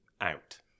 out